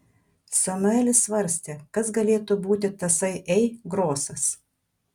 samuelis svarstė kas galėtų būti tasai ei grosas